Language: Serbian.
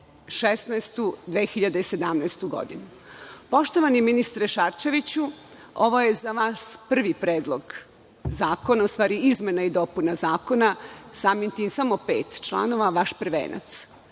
2016/2017. godinu. Poštovani ministre Šarčeviću, ovo je za vas prvi predlog zakona, odnosno izmena i dopuna Zakona, samim tim samo pet članova, vaš prvenac.